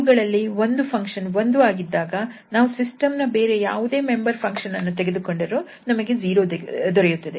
ಇವುಗಳಲ್ಲಿ ಒಂದು ಫಂಕ್ಷನ್ 1 ಆಗಿದ್ದಾಗ ನಾವು ಸಿಸ್ಟಮ್ ನ ಬೇರೆ ಯಾವುದೇ ಮೆಂಬರ್ ಫಂಕ್ಷನ್ ಅನ್ನು ತೆಗೆದುಕೊಂಡರೂ ನಮಗೆ 0 ದೊರೆಯುತ್ತದೆ